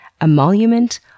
emolument